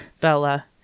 Bella